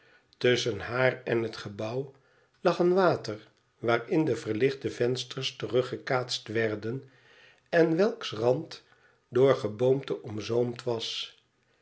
tusschen haar en het gebouw lag een water waarin de verlichte vensters teruggekaatst werden en welks rand door geboomte omzoomd was